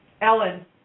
Ellen